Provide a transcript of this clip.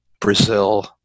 Brazil